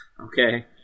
Okay